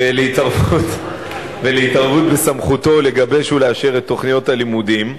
ויתערב בסמכותו לגבש ולאשר את תוכניות הלימודים.